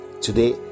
Today